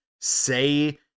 say